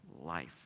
life